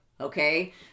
Okay